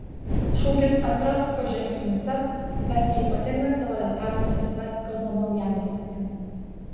šūkis atrask pažink ir nustebk ves į ypatingas savo detalėmis erdves kauno naujamiestyje